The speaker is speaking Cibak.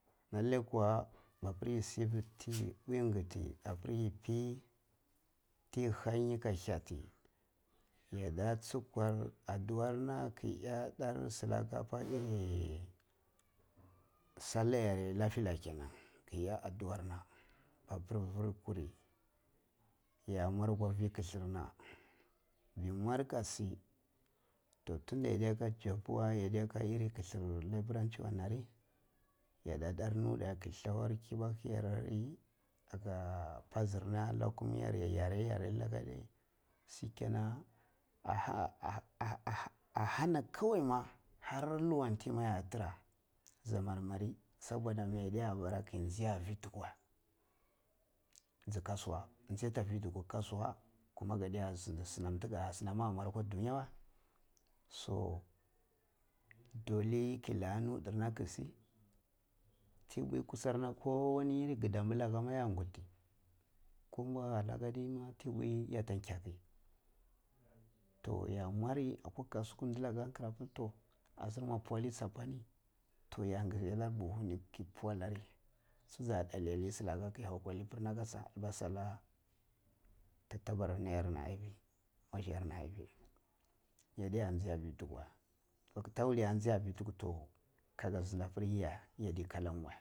Lalle kuwa ma’appir yi siffi ti ngitti apir yi pi ti hanyi ka hyatti yadda chi kamur addua a arna ke iya tar silaka apa iri sallah yare inffe kenan ke iya addun arna mapur fir kuri yam war akwa fir kilthir na, me mwar ka shi to tunda yadde ka job we yadda ka irri lai beranchi we na ri yadda tara nuidda ke tara thewar kibaku ya ra ri aka pazur na lakum jare, iyare yar laka adai sikenan ah-ah-ahani kowai ma har liwanti ya tira zabbarmari soboda ma yadda nbara ke nji atta fi dukwu wei kasuwa, jai atta fi dukwu wei kasuwa, jai atta fi dukwu wei kasuwa, jai atta fi dukun kasuwa kuma ka adai sindi sinam ata mwari akwa dunja wei so dole ke lika nutdan na ke si ti npuji kusar na kowani gidamba laka ma ya gundi ko malaka ma ti npuyi ya nkaki toh ya mwari akwa kasuku dilaka toh azir mwa puwala sa pa nit oh ya ngishi lar buhu ni ke pu allari ju jiha dali la silaka ke hau akwa liburna kasha ah dilba su anna tarta barana ni aya waiya ni ayivi yadda nga atta fi duku wei ma gata wul ya fi attah vi dukuru toh k aka sinda pir toh ye yaddi kalan wei.